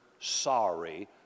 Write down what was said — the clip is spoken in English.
sorry